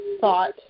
thought